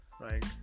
Right